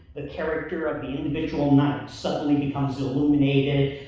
the character of the individual knight suddenly becomes illuminated,